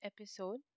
episode